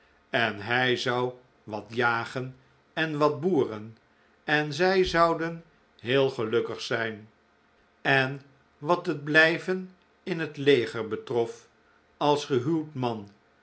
en hij zou wat jagen en wat boeren en zij zouden heel gelukkig zijn en wat het blijven in het leger betrof als gehuwd man